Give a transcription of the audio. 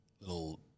little